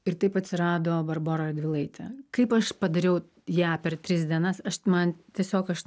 ir taip atsirado barbora radvilaitė kaip aš padariau ją per tris dienas aš man tiesiog aš